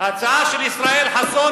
ההצעה של ישראל חסון,